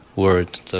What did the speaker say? word